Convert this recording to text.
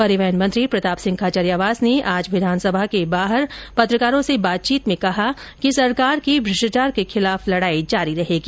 परिवहन मंत्री प्रताप सिंह खाचरियावास ने आज विधानसभा के बाहर पत्रकारों से बातचीत में कहा कि सरकार की भ्रष्टाचार के खिलाफ लडाई जारी रहेगी